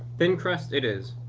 thin crust it is.